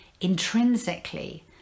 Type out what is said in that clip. intrinsically